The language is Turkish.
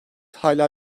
hâlâ